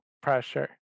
pressure